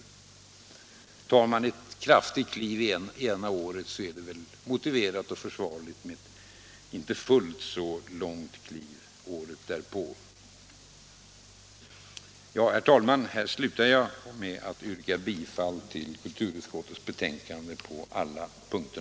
Tar man ett kraftigt kliv ena året, så är det väl motiverat och försvarligt med ett inte fullt så långt kliv året därpå. Herr talman! Här slutar jag med att yrka bifall till kulturutskottets hemställan på alla punkter.